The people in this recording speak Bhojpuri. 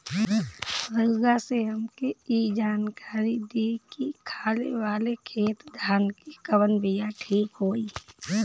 रउआ से हमके ई जानकारी देई की खाले वाले खेत धान के कवन बीया ठीक होई?